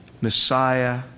Messiah